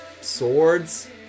Swords